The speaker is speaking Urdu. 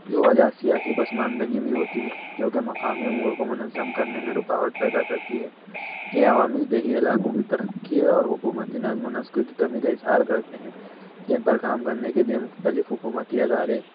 جو وجہ سیاسی پسماندگی بھی ہوتی ہے جوکہ مقامی امور کو منظم کرنے میں رکاوٹ پیدا کرتی ہے یہ عوامی دیہی علاقوں کی ترقی اور حکومتی نظم و نسق کی کمی کا اظہار کرتے ہیں جن پر کام کرنے کے لیے مختلف حکومتی ادارے